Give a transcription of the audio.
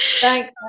thanks